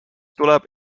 tuleb